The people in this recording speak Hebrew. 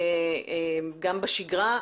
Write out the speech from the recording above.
גם בשגרה.